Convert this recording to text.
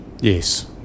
Yes